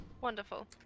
Wonderful